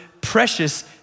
precious